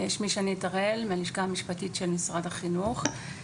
שמי שנית הראל מהלשכה המשפטית של משרד החינוך.